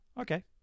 Okay